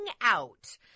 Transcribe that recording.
out